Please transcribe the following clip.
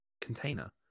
container